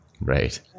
Right